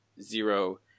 zero